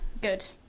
Good